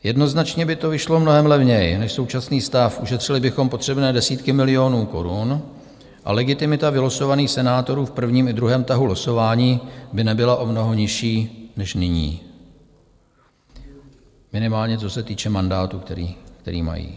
Jednoznačně by to vyšlo mnohem levněji než současný stav, ušetřili bychom potřebné desítky milionů korun a legitimita vylosovaných senátorů v prvním i druhém tahu losování by nebyla o mnoho nižší než nyní, minimálně co se týče mandátu, který mají.